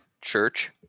Church